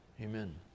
amen